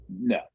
no